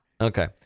Okay